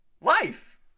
life